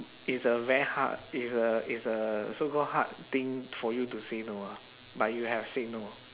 is a very hard is a is a so call hard thing for you to say no ah but you have said no